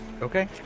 Okay